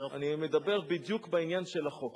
אני מדבר בדיוק בעניין של החוק.